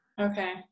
Okay